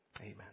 Amen